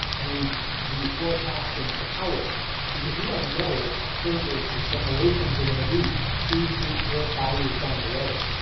and we we forecast and power because we don't know what servers our generations are going to be two, three, four, five years down the road.